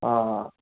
ꯑꯥ